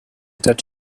that